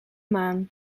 maan